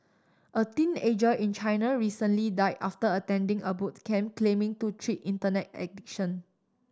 a teenager in China recently died after attending a boot camp claiming to treat Internet addiction